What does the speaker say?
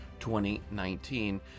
2019